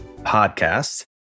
podcast